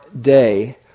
day